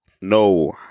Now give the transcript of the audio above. No